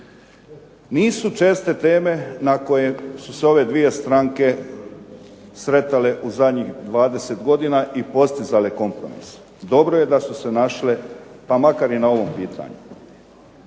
Nisu česte teme na koje su se ove dvije stranke sretale u zadnjih 20 godina i postizale kompromis. Dobro je da su se našle pa makar i na ovom pitanju.